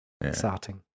Exciting